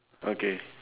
okay